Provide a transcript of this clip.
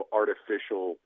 artificial